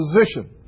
position